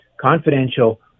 confidential